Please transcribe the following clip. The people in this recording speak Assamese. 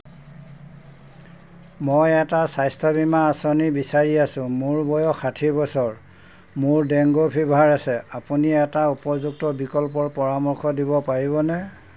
মই এটা স্বাস্থ্য বীমা আঁচনি বিচাৰি আছোঁ মোৰ বয়স ষাঠি বছৰ মোৰ ডেংগু ফিভাৰ আছে আপুনি এটা উপযুক্ত বিকল্পৰ পৰামৰ্শ দিব পাৰিবনে